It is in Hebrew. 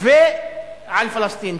על פלסטין.